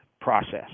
process